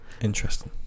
Interesting